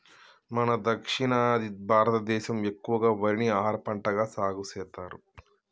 మన దక్షిణాది భారతదేసం ఎక్కువగా వరిని ఆహారపంటగా సాగుసెత్తారు